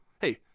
Hey